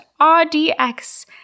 RDX